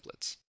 templates